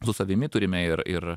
su savimi turime ir ir